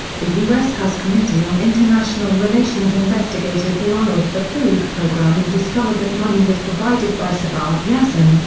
the us house committee on international relations investigated the oil-for-food programme and discovered that money was provided by sabah yassen,